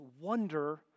wonder